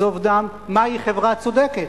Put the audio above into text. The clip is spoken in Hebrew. זוב דם, מהי חברה צודקת.